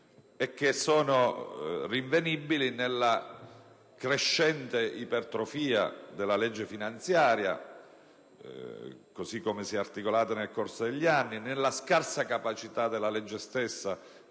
e che sono rinvenibili nella crescente ipertrofia della legge finanziaria, così come si è articolata nel corso degli anni, nella scarsa capacità della legge stessa